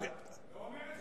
לא נכון.